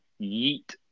yeet